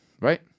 Right